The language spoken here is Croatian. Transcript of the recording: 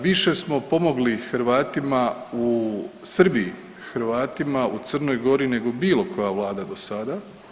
Više smo pomogli Hrvatima u Srbiji, Hrvatima u Crnoj Gori nego koja bila vlada dosada.